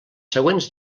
següents